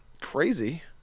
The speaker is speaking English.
crazy